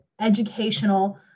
educational